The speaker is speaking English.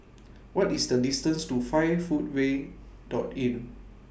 What IS The distance to five Foot Way Dot Inn